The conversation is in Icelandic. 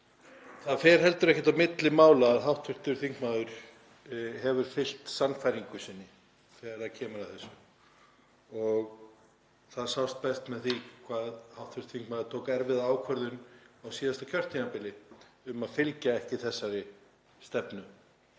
Það fer heldur ekkert á milli mála að hv. þingmaður hefur fylgt sannfæringu sinni þegar að þessu kemur. Það sást best á því að hv. þingmaður tók erfiða ákvörðun á síðasta kjörtímabili um að fylgja ekki þessari stefnu,